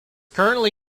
currently